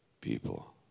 people